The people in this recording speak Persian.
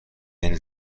این